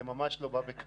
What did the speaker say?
זה ממש לא בא בקלות.